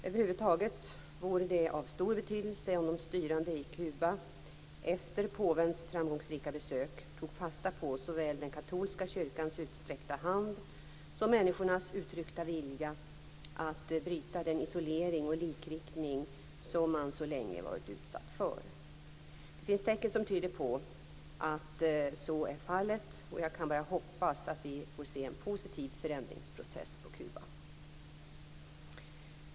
Över huvud taget vore det av stor betydelse om de styrande i Kuba efter påvens framgångsrika besök tog fasta på såväl den katolska kyrkans utsträckta hand som människornas uttryckta vilja att bryta den isolering och likriktning som man så länge varit utsatt för. Det finns tecken som tyder på att så är fallet, och jag kan bara hoppas att vi får se en positiv förändringsprocess på Kuba.